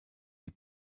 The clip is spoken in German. die